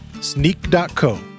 sneak.co